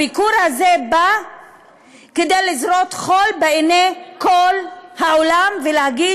הביקור הזה בא לזרות חול בעיני כל העולם ולהגיד